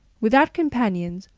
without companions,